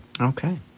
Okay